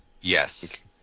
Yes